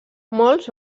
molts